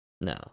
No